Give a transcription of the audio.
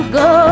go